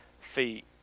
feet